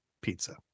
pizza